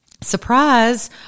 surprise